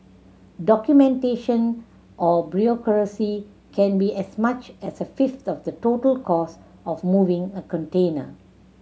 documentation or bureaucracy can be as much as a fifth of the total cost of moving a container